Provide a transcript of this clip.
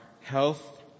health